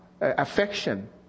affection